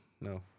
No